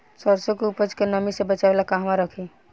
सरसों के उपज के नमी से बचावे ला कहवा रखी?